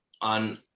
on